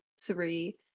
three